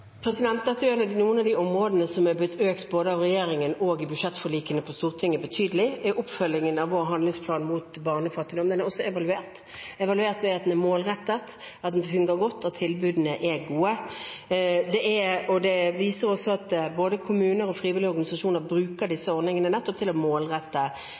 Dette er noen av de områdene som har fått betydelig økte bevilgninger, både av regjeringen og gjennom budsjettforlikene på Stortinget, i oppfølgingen av vår handlingsplan mot barnefattigdom. Den er evaluert og funnet å være målrettet, den fungerer godt, og tilbudene er gode. Det viser også at både kommuner og frivillige organisasjoner bruker disse ordningene til nettopp å målrette